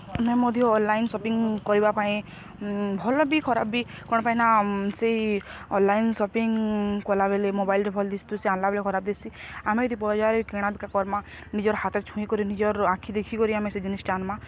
ଆମେ ମଧ୍ୟ online shopping କରିବା ପାଇଁ ଭଲ ବି ଖରାପ ବି କ'ଣ ପାଇଁ ନା ସେଇ ଅନ୍ଲାଇନ୍ ସପିଂ କଲାବେଲେ ମୋବାଇଲ୍ରେ ଭଲ୍ ଦିଶୁଥିସି ଆନ୍ଲା ବେଲେ ଖରାପ୍ ଦିସ୍ସି ଆମେ ଯଦି ବଜାରେ କିଣା ବିକା କର୍ମା ନିଜର୍ ହାତ ଛୁଇଁ କରି ନିଜର୍ ଆଖି ଦେଖି କରି ଆମେ ସେ ଜିନିଷ୍ଟା ଆନ୍ମା